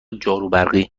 جاروبرقی